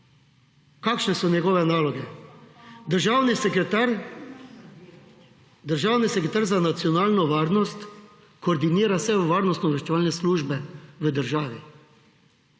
kakšne so njegove naloge. Državni sekretar za nacionalno varnost, koordinira vse varnostno obveščevalne službe v državi,